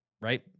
right